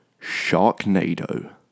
Sharknado